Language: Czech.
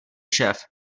šéf